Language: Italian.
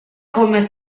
come